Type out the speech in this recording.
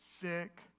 sick